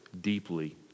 deeply